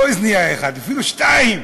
לא אוזנייה אחת, אפילו שתיים.